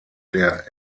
der